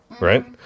Right